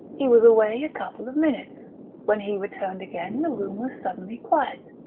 he was away a couple of minutes when he returned again the room was suddenly quiet.